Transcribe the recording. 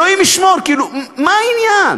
אלוהים ישמור, כאילו מה העניין?